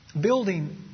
building